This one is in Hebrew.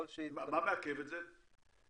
מה מעכב את זה?